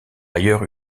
ailleurs